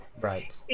right